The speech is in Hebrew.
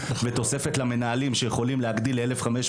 כדי שמנהלים יוכלו להגדיל את העזרה ב-1,500